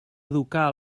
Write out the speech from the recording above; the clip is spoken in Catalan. educar